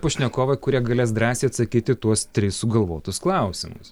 pašnekovai kurie galės drąsiai atsakyt į tuos tris sugalvotus klausimus